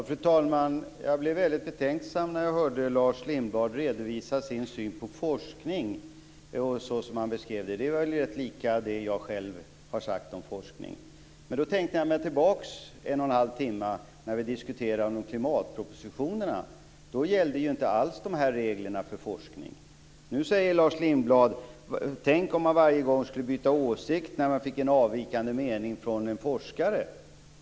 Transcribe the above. Fru talman! Jag blev väldigt betänksam när jag hörde Lars Lindblad redovisa sin syn på forskning. Så som han beskrev den är den rätt lika det jag själv har sagt om forskning. Men sedan tänkte jag mig tillbaka en och halv timme när vi diskuterade klimatpropositionen. Då gällde inte alls de här reglerna för forskning. Nu säger Lars Lindblad: Tänk om man skulle byta åsikt varje gång man fick avvikande mening från en forskare.